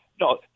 No